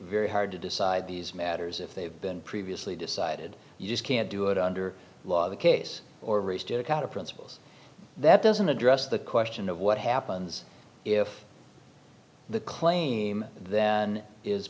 very hard to decide these matters if they've been previously decided you just can't do it under the law the case or restate account of principles that doesn't address the question of what happens if the claim then is